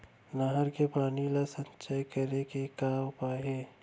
नहर के पानी ला संचय करे के का उपाय हे?